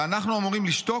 "ואנחנו אמורים לשתוק?